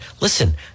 Listen